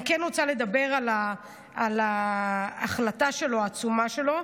אני כן רוצה לדבר על ההחלטה שלו, העצומה שלו.